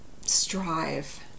strive